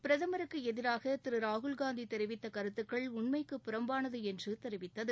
பிரதமருக்கு எதிராக திரு ராகுல்காந்தி தெரிவித்த கருத்துக்கள் உண்மைக்கு புறம்பானது என்று தெரிவித்தது